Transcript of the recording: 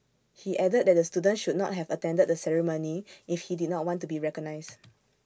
he added that the student should not have attended the ceremony if he did not want to be recognised